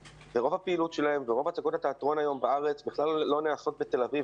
הפעילות והצגות התיאטרון היום בארץ בכלל לא נעשות בתל אביב,